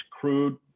crude